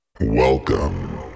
welcome